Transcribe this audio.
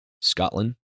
Scotland